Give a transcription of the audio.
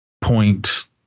point